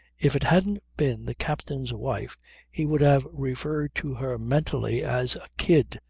if it hadn't been the captain's wife he would have referred to her mentally as a kid,